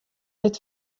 dit